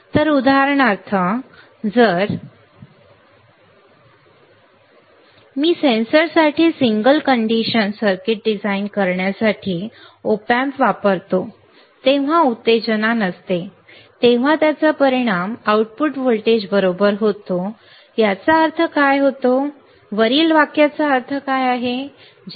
तर उदाहरणार्थ जर मी सेन्सरसाठी सिंगल कंडिशन सर्किट डिझाइन करण्यासाठी op amp वापरतो जेव्हा उत्तेजना नसते तेव्हा त्याचा परिणाम आउटपुट व्होल्टेज बरोबर होतो की याचा अर्थ काय होतो वरील वाक्याचा अर्थ काय आहे